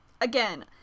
Again